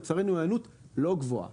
לצערנו ההיענות לא גבוהה.